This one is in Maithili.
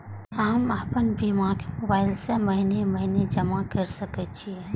हम आपन बीमा के मोबाईल से महीने महीने जमा कर सके छिये?